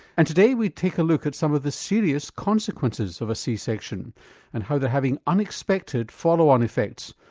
and today we take a look at some of the serious consequences of a c-section and how they're having unexpected follow on effects,